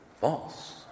False